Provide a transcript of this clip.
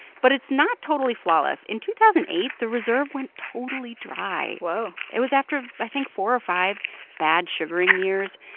but it's not totally flawless. in two thousand and eight, the reserve went totally dry whoa it was after, i think, four or five bad sugaring years.